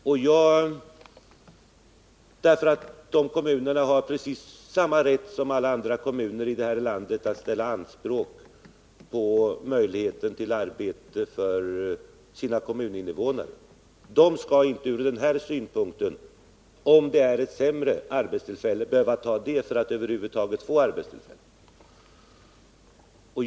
Dessa Norrlandskommuner har precis samma rätt som alla andra kommuner i landet att ställa anspråk när det gäller arbeten för sina invånare. Dessa skall inte behöva ta sämre arbeten för att över huvud taget få arbete.